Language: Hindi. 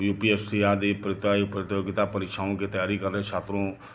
यू पी एस सी आदि प्रतियोगिता परीक्षाओं की तैयारी कर रहे छात्रों